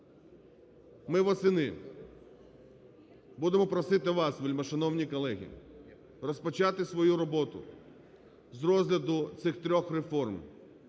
Ми восени будемо просити вас, вельмишановні колеги, розпочати свою роботу з розгляду цих двох реформ: